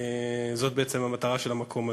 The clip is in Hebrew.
זאת בעצם המטרה של המקום הזה.